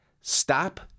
Stop